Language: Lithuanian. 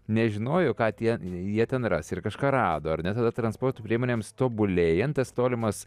nežinojo ką tie jie ten ras ir kažką rado ar ne tada transporto priemonėms tobulėjant tas tolimas